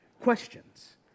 questions